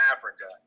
Africa